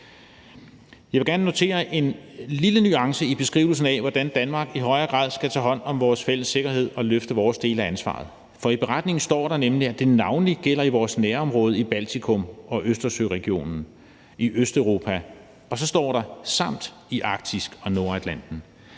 Jeg vil gerne notere en lille nuance i beskrivelsen af, hvordan Danmark i højere grad skal tage hånd om vores fælles sikkerhed og løfte vores del af ansvaret, for i redegørelsen står der nemlig, at det navnlig gælder i vores nærområde i Baltikum og Østersøregionen, i Østeuropa, og så står der: samt i Arktis og Nordatlanten.